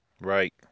Right